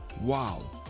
Wow